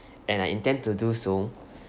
and I intend to do so